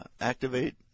activate